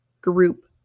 group